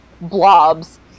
blobs